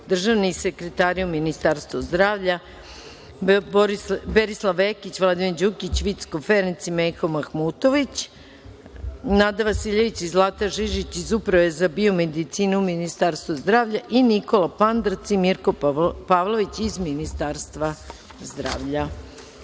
državni sekretari u Ministarstvu zdravlja Berislav Vekić, Vladimir Đukić, Vicko Ferenc i Meho Mahmutović, Nada Vasiljević i Zlata Žižić iz Uprave za biomedicinu u Ministarstvu zdravlja i Nikola Pandrc i Marko Pavlović iz Ministarstva zdravlja. Primili